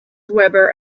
weber